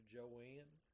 Joanne